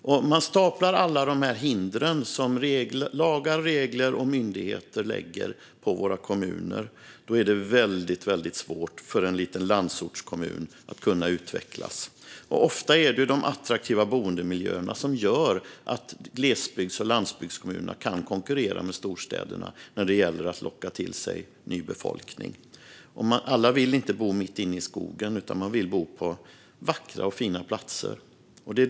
Om vi staplar alla hinder som lagar, regler och myndigheter sätter upp för våra kommuner är det väldigt svårt för en liten landsortskommun att kunna utvecklas. Ofta är det de attraktiva boendemiljöerna som gör att glesbygds och landsbygdskommunerna kan konkurrera med storstäderna när det gäller att locka till sig ny befolkning, och de flesta vill inte bo mitt inne i skogen utan på vackra platser.